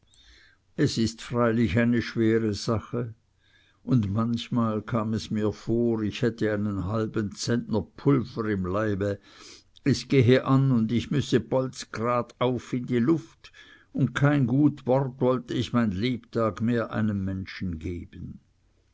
es ist freilich eine schwere sache und manchmal kam es mir vor ich hätte einen halben zentner pulver im leibe es gehe an und ich müsse bolzgrad auf in die luft und kein gut wort wolle ich mein lebtag mehr einem menschen geben